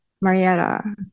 Marietta